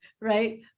Right